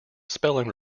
spelling